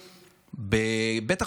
באמת,